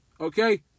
Okay